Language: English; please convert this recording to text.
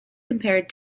compared